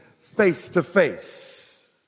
face-to-face